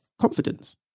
confidence